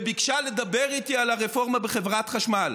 וביקשה לדבר איתי על הרפורמה בחברת חשמל.